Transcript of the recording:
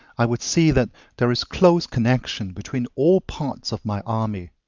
i would see that there is close connection between all parts of my army.